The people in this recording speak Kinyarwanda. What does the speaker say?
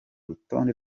rutonde